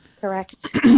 Correct